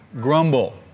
Grumble